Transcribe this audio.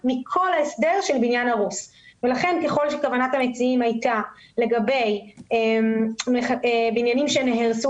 ככל שכוונת המציעים הייתה לגבי בניינים שנהרסו